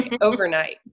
overnight